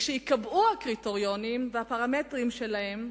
כשייקבעו הקריטריונים והפרמטרים שלהם,